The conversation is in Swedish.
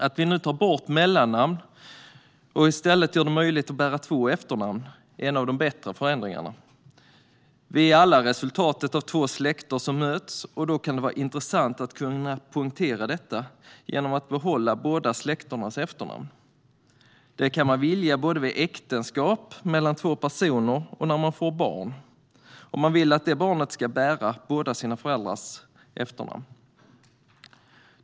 Att vi nu tar bort mellannamn och i stället gör det möjligt att bära två efternamn är en av de bättre förändringarna. Vi är alla resultat av två släkter som möts, och då kan det vara av intresse att poängtera detta genom att behålla båda släkternas efternamn. Det kan man vilja både vid äktenskap och när man får barn, om man vill att barnet ska bära båda sina föräldrars efternamn.